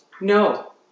No